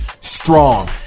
strong